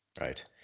Right